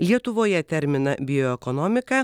lietuvoje terminą bioekonomika